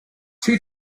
two